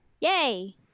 Yay